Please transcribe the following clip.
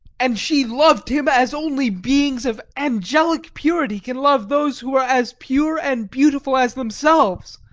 and she loved him as only beings of angelic purity can love those who are as pure and beautiful as themselves.